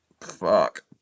fuck